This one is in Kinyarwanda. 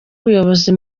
ubuyobozi